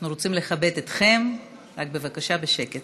אנחנו רוצים לכבד אתכם, רק בבקשה, בשקט.